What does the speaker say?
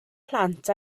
plant